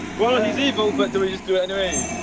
well he's evil but do we just do anyway?